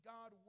God